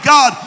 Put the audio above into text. God